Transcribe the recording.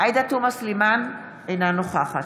עאידה תומא סלימאן, אינה נוכחת